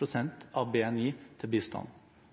pst. av BNI til bistand.